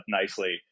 nicely